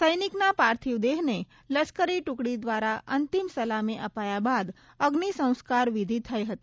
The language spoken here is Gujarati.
સૈનિકના પાર્થિવ દેહને લશ્કરી ટુકડી દ્વારા અંતિમ સલામી અપાયા બાદ અગ્નિસંસ્કાર વિધિ થઇ હતી